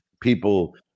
people